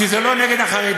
כי זה לא נגד החרדים?